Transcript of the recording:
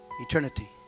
eternity